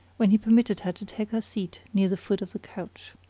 when he permitted her to take her seat near the foot of the couch.